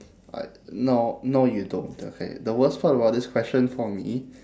I no no you don't okay the worst part about this question for me